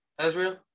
Ezreal